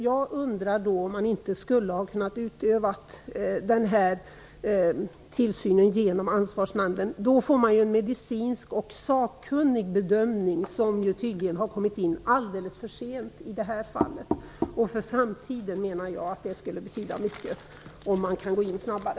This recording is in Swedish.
Jag undrar om man inte skulle ha kunnat utöva den här tillsynen genom Ansvarsnämnden. Då får man ju en medicinsk och sakkunnig bedömning. Det har tydligen kommit in alldeles för sent i det fallet. Jag menar att det skulle betyda mycket för framtiden om man kan gå in snabbare.